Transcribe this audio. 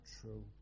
true